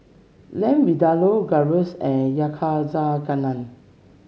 Lamb Vindaloo Gyros and Yakizakana